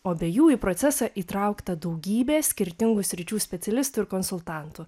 o be jų į procesą įtraukta daugybė skirtingų sričių specialistų ir konsultantų